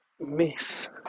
miss